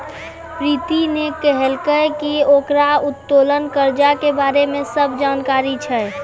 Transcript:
प्रीति ने कहलकै की ओकरा उत्तोलन कर्जा के बारे मे सब जानकारी छै